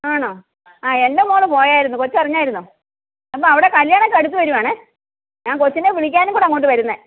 ആണോ ആ എൻ്റെ മോൾ പോയായിരുന്നു കൊച്ചറിഞ്ഞായിരുന്നോ അല്ല അവിടെ കല്യാണമൊക്കെ അടുത്തു വരുവാണ് ഞാൻ കൊച്ചിനെ വിളിക്കാനും കൂടെ അങ്ങോട്ട് വരുന്നത്